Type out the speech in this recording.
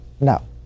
no